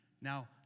Now